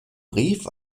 brief